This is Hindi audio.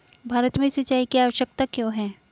भारत में सिंचाई की आवश्यकता क्यों है?